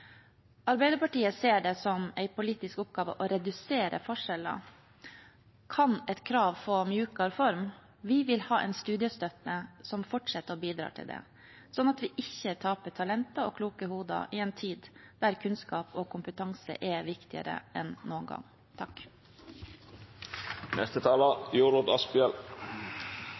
Arbeiderpartiet ser det som en politisk oppgave å redusere forskjeller. Kan et krav få mykere form? Vi vil ha en studiestøtte som fortsetter å bidra til det, slik at vi ikke taper talenter og kloke hoder i en tid da kunnskap og kompetanse er viktigere enn noen gang.